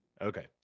Okay